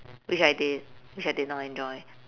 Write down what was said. which I did which I did not enjoy